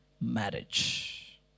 marriage